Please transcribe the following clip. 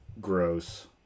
gross